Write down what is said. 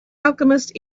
alchemist